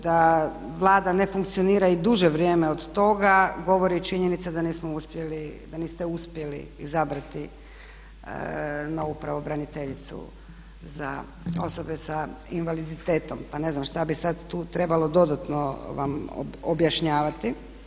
Da Vlada ne funkcionira i duže vrijeme od toga govori i činjenica da niste uspjeli izabrati novu pravobraniteljicu za osobe sa invaliditetom, pa ne znam šta bi sad tu trebalo dodatno vam objašnjavati.